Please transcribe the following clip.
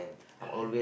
correct